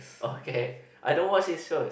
okay I don't want say so